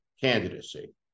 candidacy